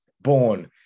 born